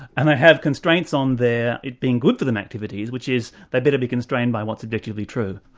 and they have constraints on their it being good for them activities, which is they'd better be constrained by what's objectively true.